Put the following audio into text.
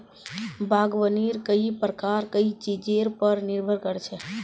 बागवानीर कई प्रकार कई चीजेर पर निर्भर कर छे